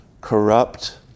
Corrupt